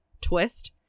twist